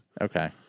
Okay